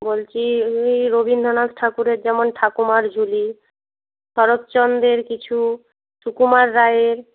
বলছি এই রবীন্দ্রনাথ ঠাকুরের যেমন ঠাকুমার ঝুলি শরৎচন্দ্রের কিছু সুকুমার রায়ের